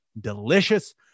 Delicious